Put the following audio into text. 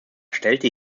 stellte